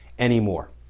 anymore